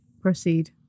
Proceed